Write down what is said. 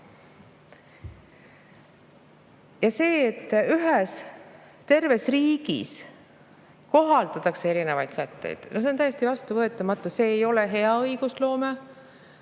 See, et ühes riigis kohaldatakse erinevaid sätteid, on täiesti vastuvõetamatu, see ei ole hea õigusloome.